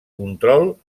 control